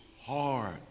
hard